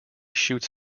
shoots